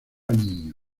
niño